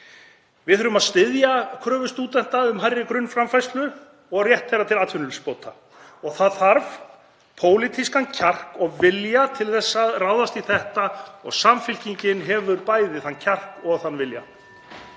Við þurfum að styðja kröfur stúdenta um hærri grunnframfærslu og rétt þeirra til atvinnuleysisbóta. Það þarf pólitískan kjark og vilja til að ráðast í það og Samfylkingin hefur bæði þann kjark og þann vilja.